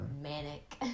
Manic